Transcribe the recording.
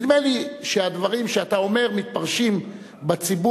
נדמה לי שהדברים שאתה אומר מתפרשים בציבור